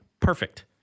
perfect